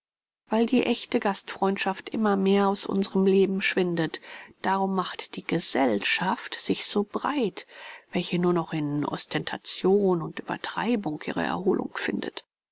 weil die ächte gastfreundschaft immer mehr aus unserm leben schwindet darum macht die gesellschaft sich so breit welche nur noch in ostentation und uebertreibung ihre erholung findet